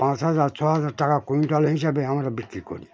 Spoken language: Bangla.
পাঁচ হাজার ছ হাজার টাকা কুইন্টাল হিসাবেবে আমরা বিক্রি করি